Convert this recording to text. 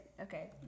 okay